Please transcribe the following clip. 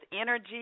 energy